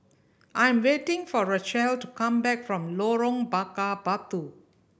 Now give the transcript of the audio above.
I'm waiting for Rachelle to come back from Lorong Bakar Batu